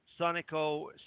Sonico